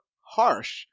harsh